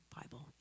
Bible